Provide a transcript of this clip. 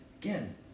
again